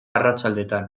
arratsaldetan